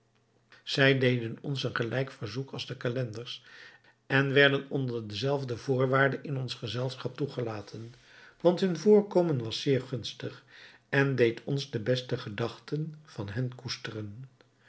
zij deden ons een gelijk verzoek als de calenders en werden onder dezelfde voorwaarde in ons gezelschap toegelaten want hun voorkomen was zeer gunstig en deed ons de beste gedachten van hen koesteren